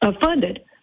funded